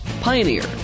Pioneer